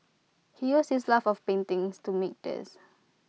he used his love of paintings to make these